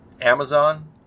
Amazon